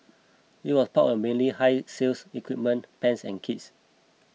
this was power mainly higher sales equipment pans and kits